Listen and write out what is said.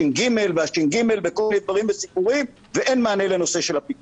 הש"ג והש"ג וכל מיני דברים וסיפורים ואין מענה לנושא של הפיגומים.